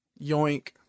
Yoink